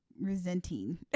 resenting